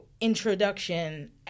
introduction